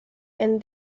and